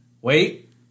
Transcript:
wait